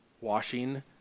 Washing